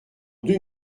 deux